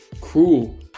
cruel